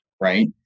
right